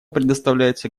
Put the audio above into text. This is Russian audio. предоставляется